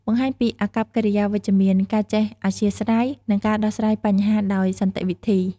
បង្ហាញពី អាកប្បកិរិយាវិជ្ជមាន ការចេះអធ្យាស្រ័យ និងការដោះស្រាយបញ្ហាដោយសន្តិវិធី ។